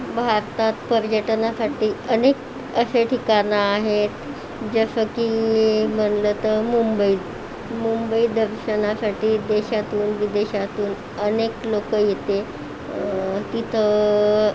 भारतात पर्यटनासाठी अनेक असे ठिकाणं आहेत जसं की म्हणलं तर मुंबई मुंबई दर्शनासाठी देशातून विदेशातून अनेक लोक येते तिथं